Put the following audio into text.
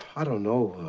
i don't know.